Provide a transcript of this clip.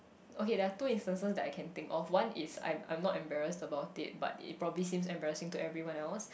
okay there are two instances that I can think of one is I'm I'm not embarrassed about it but it probably seems embarrassing to everyone else